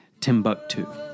Timbuktu